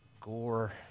Gore